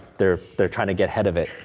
they're they're trying to get ahead of it.